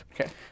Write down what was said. Okay